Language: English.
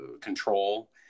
control